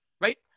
Right